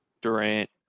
Durant